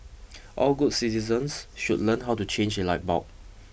all good citizens should learn how to change a light bulb